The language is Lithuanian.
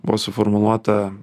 buvo suformuluota